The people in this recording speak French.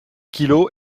kilos